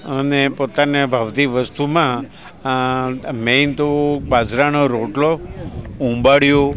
અમને પોતાને ભાવતી વસ્તુમાં મૈન તો બાજરાનો રોટલો ઉંબાડીયું